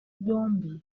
byombi